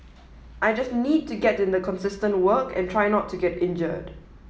I just need to get in the consistent work and try not to get injured